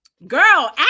girl